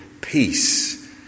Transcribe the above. peace